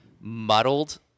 muddled